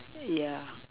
yeah